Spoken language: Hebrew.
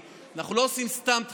אנחנו לא עושים סתם דחייה.